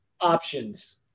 options